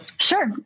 Sure